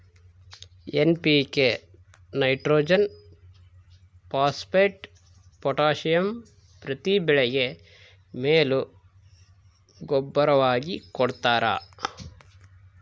NPK nitrogen phosphate potassium ಪ್ರತಿ ಬೆಳೆಗೆ ಮೇಲು ಗೂಬ್ಬರವಾಗಿ ಕೊಡ್ತಾರ